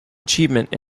achievement